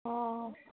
অঁ